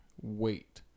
Wait